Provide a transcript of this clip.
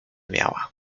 miała